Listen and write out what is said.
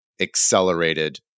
accelerated